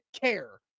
care